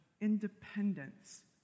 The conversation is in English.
independence